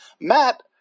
Matt